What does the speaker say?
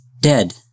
dead